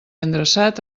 endreçat